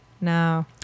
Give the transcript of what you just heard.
No